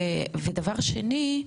דבר שני,